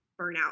burnout